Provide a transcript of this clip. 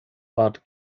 bat